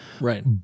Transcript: Right